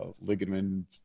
ligament